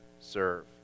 serve